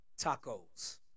tacos